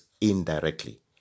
indirectly